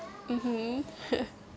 mmhmm